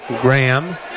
Graham